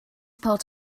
part